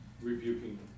rebuking